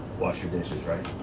wash your dishes right